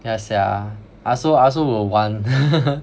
yeah sia I als~ I also will want